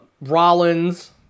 rollins